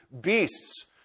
beasts